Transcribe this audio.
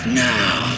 now